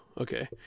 Okay